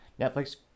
Netflix